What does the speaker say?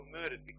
murdered